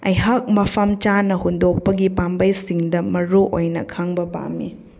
ꯑꯩꯍꯥꯛ ꯃꯐꯝ ꯆꯥꯅ ꯍꯨꯟꯗꯣꯛꯄꯒꯤ ꯄꯥꯝꯕꯩꯁꯤꯡꯗ ꯃꯔꯨꯑꯣꯏꯅ ꯈꯪꯕ ꯄꯥꯝꯃꯤ